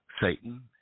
Satan